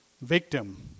victim